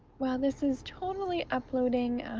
while this is totally uploading,